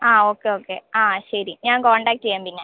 ആ okay okay ആ ശരി ഞാൻ കോൺടാക്ട് ചെയ്യാം പിന്നെ